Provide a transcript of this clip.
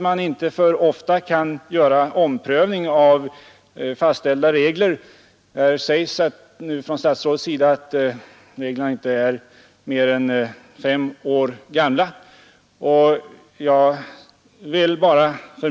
Jag har förståelse för att omprövningar av fastställda regler inte kan företas alltför ofta. Statsrådet säger nu att reglerna inte är mer än fem år gamla.